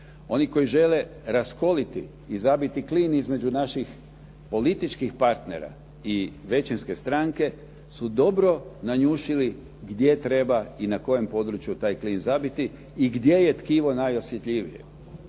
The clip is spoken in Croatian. oni koji žele raskoliti i zabiti klin između naših političkih partnera i većinske stranke su dobro nanjušili gdje treba i na kojem području taj klin zabiti i gdje je tkivo najosjetljivije.